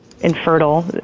infertile